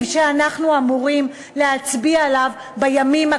שאנחנו אמורים להצביע עליו בימים הקרובים.